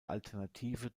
alternative